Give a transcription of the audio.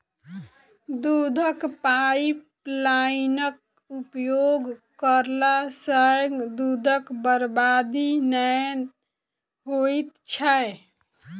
दूधक पाइपलाइनक उपयोग करला सॅ दूधक बर्बादी नै होइत छै